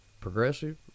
progressive